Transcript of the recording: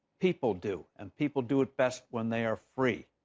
people do. and people do it best when they are free.